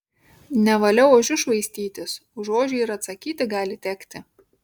nevalia ožiu švaistytis už ožį ir atsakyti gali tekti